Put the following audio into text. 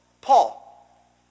Paul